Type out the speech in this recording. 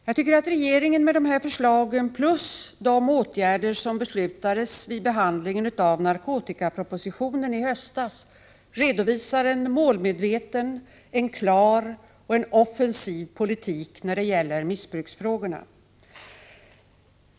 Jag tycker att regeringen med dessa förslag plus de åtgärder som beslutades vid behandlingen av narkotikapropositionen i höstas redovisar en målmedveten, klar och offensiv politik när det gäller missbruksfrågorna.